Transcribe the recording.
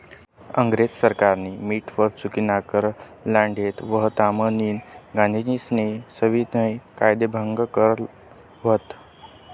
इंग्रज सरकारनी मीठवर चुकीनाकर लादेल व्हता म्हनीन गांधीजीस्नी सविनय कायदेभंग कर व्हत